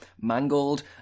mangled